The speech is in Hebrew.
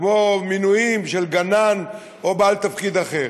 כמו מינויים של גנן או בעל תפקיד אחר.